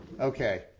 Okay